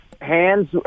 hands